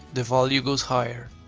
the value goes higher.